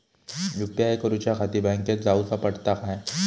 UPI करूच्याखाती बँकेत जाऊचा पडता काय?